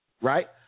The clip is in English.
right